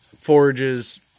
forages